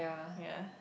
ya